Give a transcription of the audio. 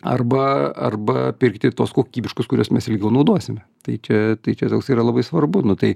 arba arba pirkti tuos kokybiškus kuriuos mes ilgiau naudosime tai čia tai čia toks yra labai svarbu nu tai